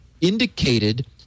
indicated